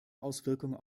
auswirkung